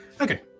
Okay